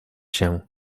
się